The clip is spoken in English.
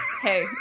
hey